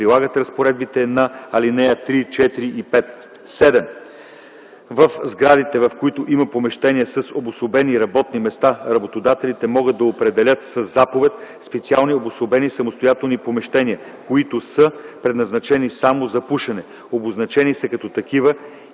прилагат разпоредбите на алинеи 3, 4 и 5. (7) В сградите, в които има помещения с обособени работни места, работодателите могат да определят със заповед специални обособени самостоятелни помещения, които са предназначени само за пушене, обозначени са както такива